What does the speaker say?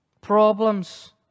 Problems